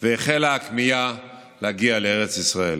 והחלה הכמיהה להגיע לארץ ישראל.